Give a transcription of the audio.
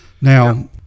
Now